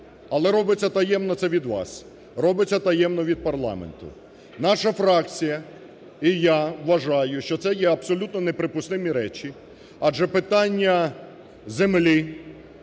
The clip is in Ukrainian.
але робиться таємно це від вас, робиться таємно від парламенту. Наша фракція і я вважаю, що це є абсолютно неприпустимі речі, адже питання землі,